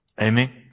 Amen